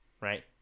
right